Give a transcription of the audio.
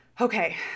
Okay